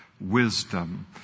wisdom